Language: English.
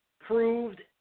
proved